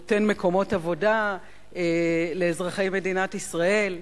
נותן מקומות עבודה לאזרחי מדינת ישראל.